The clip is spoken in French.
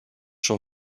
sur